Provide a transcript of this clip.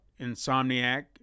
Insomniac